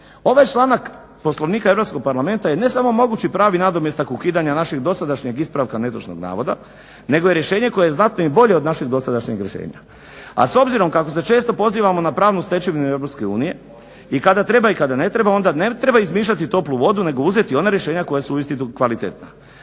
Ovaj članak Poslovnika EU parlamenta je ne samo mogući pravi nadomjestak ukidanja našeg dosadašnjeg ispravka netočnog navoda nego je rješenje koje je znatno i bolje od našeg dosadašnjeg rješenja. A s obzirom kako se često pozivamo na pravnu stečevinu EU i kada treba i kada ne treba onda ne treba izmišljanju toplu vodu nego uzeti ona rješenja koja su uistinu kvalitetna.